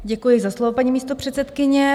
Děkuji za slovo, paní místopředsedkyně.